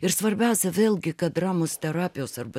ir svarbiausia vėlgi kad dramos terapijos arba